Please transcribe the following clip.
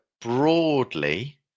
broadly